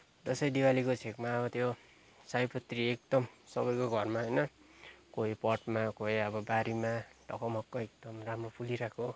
दसैँ दिवालीको छेकमा अब त्यो सयपत्री एकदम सबैको घरमा होइन कोही पटमा कोही अब बारीमा ढकमक्क एकदम राम्रो फुलिरहेको